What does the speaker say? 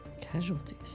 casualties